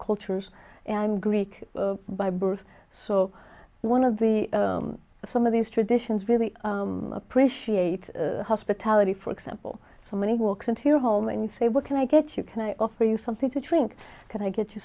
cultures and i'm greek by birth so one of the some of these traditions really appreciate the hospitality for example somebody walks into your home and you say what can i get you can i offer you something to drink can i get you